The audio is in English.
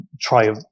try